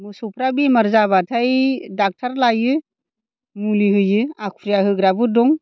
मोसौफ्रा बेमार जाबाथाय डाक्टार लाइयो मुलि होयो आखुरिया होग्राबो दं